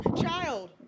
Child